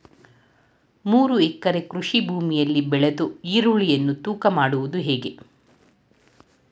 ಮೂರು ಎಕರೆ ಕೃಷಿ ಭೂಮಿಯಲ್ಲಿ ಬೆಳೆದ ಈರುಳ್ಳಿಯನ್ನು ತೂಕ ಮಾಡುವುದು ಹೇಗೆ?